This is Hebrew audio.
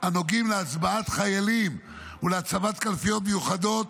הנוגעים להצבעת חיילים ולהצבת קלפיות מיוחדות